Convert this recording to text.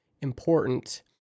important